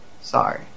Sorry